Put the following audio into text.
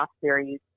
series